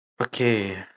Okay